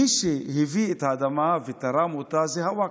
מי שהביא את האדמה ותרם אותה זה הווקף,